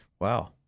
Wow